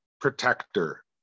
protector